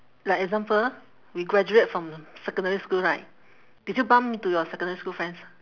like example we graduate from secondary school right did you bump into your secondary school friends